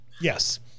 Yes